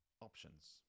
options